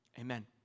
Amen